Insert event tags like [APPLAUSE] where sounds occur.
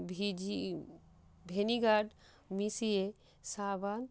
[UNINTELLIGIBLE] vinegar মিশিয়ে সাবান